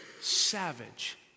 savage